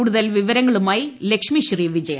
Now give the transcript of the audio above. കൂടുതൽ വിവരങ്ങളുമായി ലക്ഷ്മിശ്രീ വിജയ